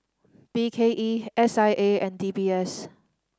B K E S I A and D B S